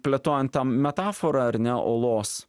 plėtojant tą metaforą ar ne olos